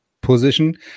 Position